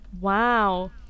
Wow